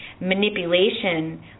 manipulation